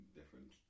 different